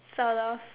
sort of